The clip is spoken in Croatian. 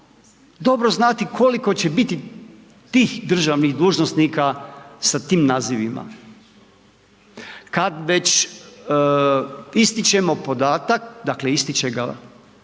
dobro znati koliko će biti tih državnih dužnosnika sa tim nazivima. Kad već ističemo podatak, dakle ističe ga